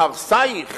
מהרסייך